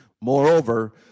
Moreover